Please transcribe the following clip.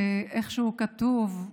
איך שהוא כתוב,